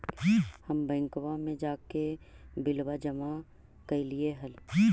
हम बैंकवा मे जाके बिलवा जमा कैलिऐ हे?